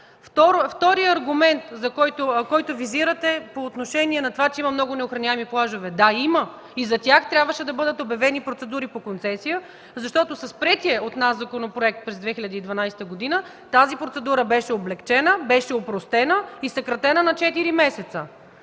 Вторият аргумент, който визирате, по отношение на това, че има много неохраняеми плажове. Да, има и за тях трябваше да бъдат обявени процедури по концесия. Защото с приетия от нас законопроект през 2012 г. тази процедура беше облекчена, беше опростена и съкратена на 4 месеца.